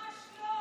ממש לא.